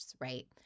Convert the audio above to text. right